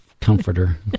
comforter